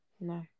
no